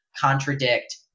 contradict